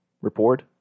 report